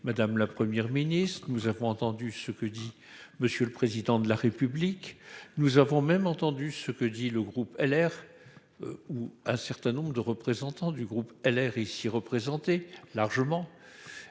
madame, la Première ministre. Nous avons entendu ce que dit monsieur le président de la République. Nous avons même entendu ce que dit le groupe LR. Ou un certain nombre de représentants du groupe LR ici représentés largement.